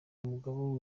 mugabo